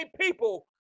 people